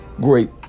great